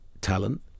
talent